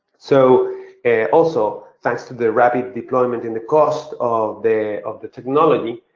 so and also, thanks to the rapid deployment and the cost of the of the technology,